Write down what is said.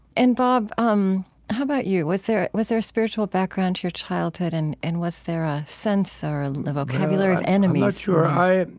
and bob, um how about you? was there was there a spiritual background to your childhood? and and was there a sense or a vocabulary of enemies? well, i'm